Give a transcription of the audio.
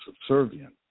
subservient